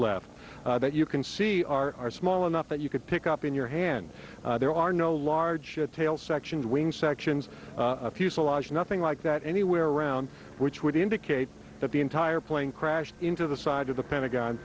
left that you can see are small enough that you could pick up in your hand there are no large tail section wing sections fuselage nothing like that anywhere around which would indicate that the entire plane crashed into the side of the pentagon